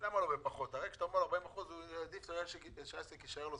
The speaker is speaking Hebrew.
למה שהיה, תמציאו עכשיו דבר חדש כי אין צורך.